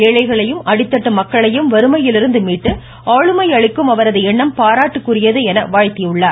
ஏழைகளையும் அடித்தட்டு மக்களையும் வறுமையிலிருந்து மீட்டு ஆளுமை அளிக்கும் அவரது எண்ணம் பாரட்டிற்குரியது என வாழ்த்தியுள்ளார்